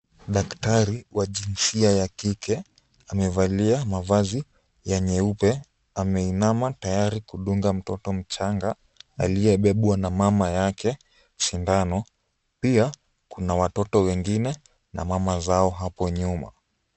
Daktari wa jinsia ya kike amevalia mavazi ya nyeupe. Ameinama tayari kudunga mtoto mchanga aliyebebwa na mama yake sindano. Pia kuna watoto wengine na mama zao hapo nyuma.